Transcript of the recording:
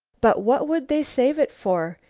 but what would they save it for?